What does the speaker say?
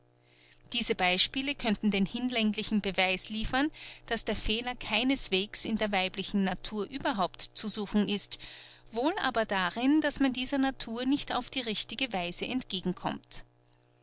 diese beispiele könnten den hinlänglichen beweis liefern daß der fehler keineswegs in der weiblichen natur überhaupt zu suchen ist wohl aber darin daß man dieser natur nicht auf die richtige weise entgegenkommt